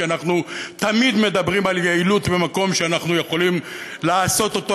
כי אנחנו תמיד מדברים על יעילות במקום שאנחנו יכולים לעשות את זה,